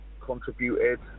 contributed